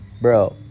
bro